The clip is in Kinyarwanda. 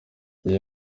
iyi